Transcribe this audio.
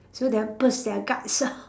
so that burst their guts ah